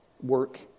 work